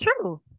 true